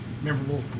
memorable